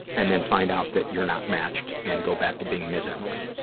and then find out that you're not matched and go back to being ms. emily.